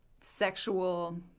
sexual